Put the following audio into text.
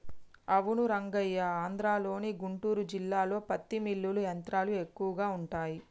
అవును రంగయ్య ఆంధ్రలోని గుంటూరు జిల్లాలో పత్తి మిల్లులు యంత్రాలు ఎక్కువగా ఉంటాయి